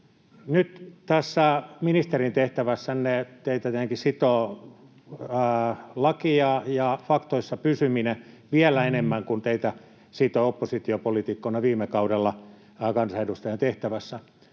Nyt tässä ministerin tehtävässänne teitä tietenkin sitovat laki ja faktoissa pysyminen vielä enemmän kuin ne teitä sitoivat oppositiopoliitikkona viime kaudella kansanedustajan tehtävässä.